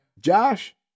Josh